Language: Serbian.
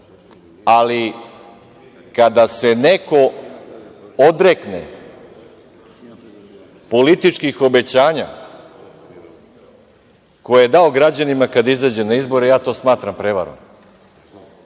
ali kada se neko odrekne političkih obećanja koje je dao građanima kada je izašao na izbore, ja to smatram prevarom,